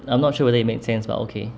I'm not sure whether it makes sense but okay